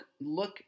look